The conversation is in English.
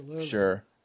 sure